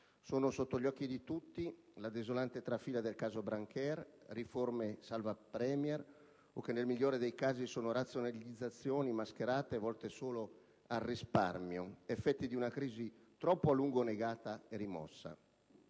Sono sotto gli occhi di tutti la desolante trafila del caso Brancher, le riforme salva *Premier* o che nel migliore dei casi sono razionalizzazioni mascherate, volte solo al risparmio, effetti di una crisi troppo a lungo negata e rimossa.